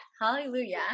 Hallelujah